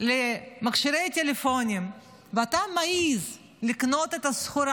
למכשירי טלפון ואתה מעז לקנות את הסחורה